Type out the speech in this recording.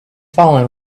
fallen